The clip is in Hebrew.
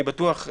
אני בטוח,